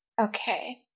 Okay